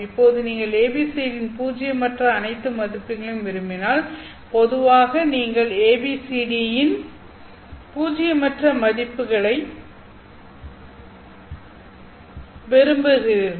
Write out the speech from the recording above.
இப்போது நீங்கள் ஏபிசிடியின் பூஜ்ஜியமற்ற அனைத்து மதிப்புகளையும் விரும்பினால் பொதுவாக நீங்கள் A B C D யின் பூஜ்ஜியமற்ற மதிப்புகளை விரும்புகிறீர்கள்